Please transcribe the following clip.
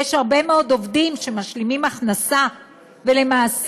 יש הרבה מאוד עובדים שמשלימים הכנסה ולמעשה